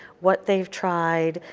what they have tried,